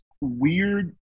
weird